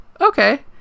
okay